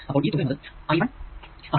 അപ്പോൾ ഈ തുക എന്നത് I1 ആണ്